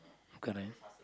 correct